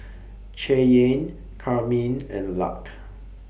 Cheyanne Carmine and Luc